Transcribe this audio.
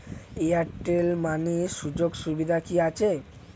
Airtel money সুযোগ সুবিধা কি আছে?